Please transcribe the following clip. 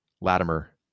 Latimer